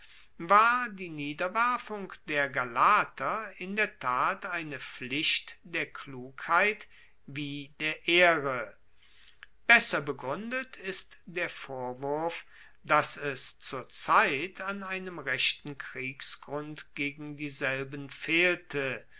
war die niederwerfung der galater in der tat eine pflicht der klugheit wie der ehre besser begruendet ist der vorwurf dass es zur zeit an einem rechten kriegsgrund gegen dieselben fehlte